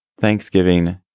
Thanksgiving